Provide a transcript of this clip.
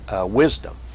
wisdom